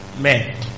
men